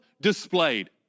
displayed